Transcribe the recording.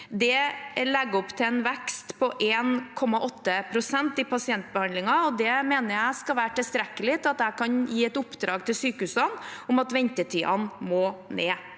– legger opp til en vekst på 1,8 pst. i pasientbehandlingen. Det mener jeg skal være tilstrekkelig til at jeg kan gi et oppdrag til sykehusene om at ventetidene må ned.